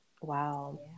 Wow